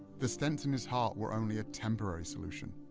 the stents in his heart were only a temporary solution.